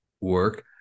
work